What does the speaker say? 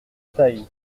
taille